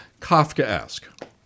Kafka-esque